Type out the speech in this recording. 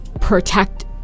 protect